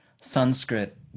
Sanskrit